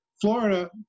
Florida